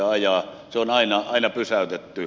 se on aina pysäytetty